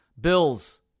Bills